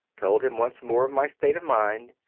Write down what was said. told him once more of my state of mind,